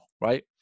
right